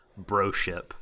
broship